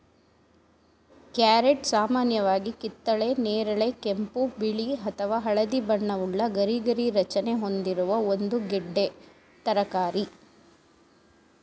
carrot ಸಾಮಾನ್ಯವಾಗಿ ಕಿತ್ತಳೆ ನೇರಳೆ ಕೆಂಪು ಬಿಳಿ ಅಥವಾ ಹಳದಿ ಬಣ್ಣವುಳ್ಳ ಗರಿಗರಿ ರಚನೆ ಹೊಂದಿರುವ ಒಂದು ಗೆಡ್ಡೆ ತರಕಾರಿ